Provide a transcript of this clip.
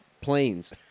planes